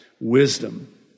wisdom